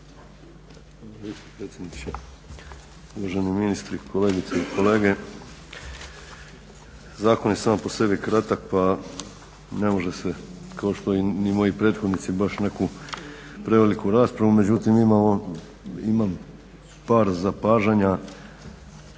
Hvala i vama.